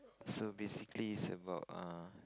so basically it's about err